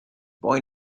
boy